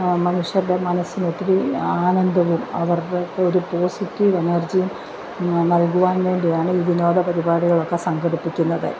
മനുഷ്യൻ്റെ മനസ്സിന് ഒത്തിരി ആനന്ദവും അവരുടെയൊക്കെ ഒരു പോസിറ്റീവ് എനർജിയും നൽകുവാൻ വേണ്ടിയാണ് ഈ വിനോദ പരിപാടികളൊക്കെ സംഘടിപ്പിക്കുന്നത്